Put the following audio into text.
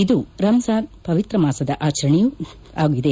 ಇದು ರಮ್ ಜಾನ್ ಪವಿತ್ರ ಮಾಸದ ಆಚರಣೆಯೂ ಆಗಿದೆ